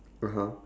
(uh huh)